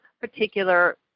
particular